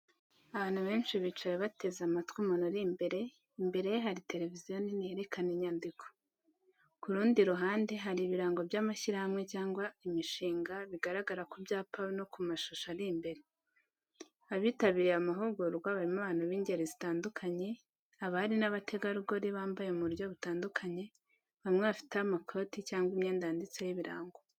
Abantu benshi bicaye biteze amatwi umuntu uri imbere imbere ye hari televiziyo nini yerekana inyandiko. Ku ruhande, hari ibirango by’amashyirahamwe cyangwa imishinga bigaragara ku byapa no ku mashusho ari imbere. Abitabiriye amahugurwa barimo abantu b’ingeri zitandukanye abari n’abategarugori bambaye mu buryo butandukanye bamwe bafite amakoti cyangwa imyenda yanditseho ibirango.